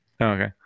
okay